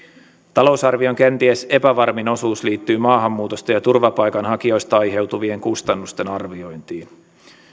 talousarvion kenties epävarmin osuus liittyy maahanmuutosta ja turvapaikanhakijoista aiheutuvien kustannusten arviointiin